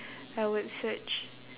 I would search